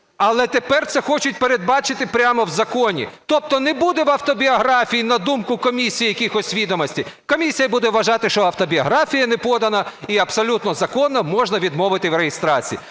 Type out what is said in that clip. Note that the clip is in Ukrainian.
Але тепер це хочуть передбачити прямо в законі. Тобто не буде в автобіографії, на думку комісії, якихось відомостей. Комісія буде вважати, що автобіографія не подана і абсолютно законно можна відмовити в реєстрації.